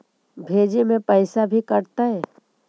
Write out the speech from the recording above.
भेजे में पैसा भी कटतै?